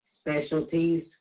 specialties